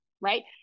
right